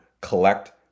collect